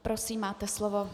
Prosím, máte slovo.